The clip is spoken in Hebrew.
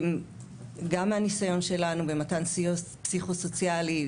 גם מהניסיון שלנו במתן סיוע פסיכוסוציאלי,